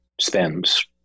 spends